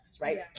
right